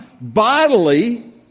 bodily